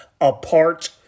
apart